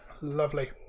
Lovely